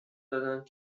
دادند